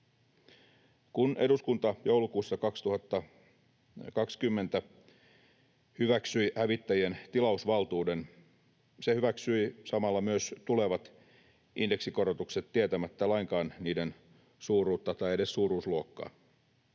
Kun eduskunta joulukuussa 2020 hyväksyi hävittäjien tilausvaltuuden, se hyväksyi samalla myös tulevat indeksikorotukset tietämättä lainkaan niiden suuruutta tai edes suuruusluokkaa.